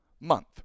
month